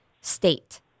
state